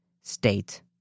state